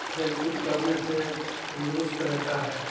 کھیل کود کرنے سے تندرست رہتا ہے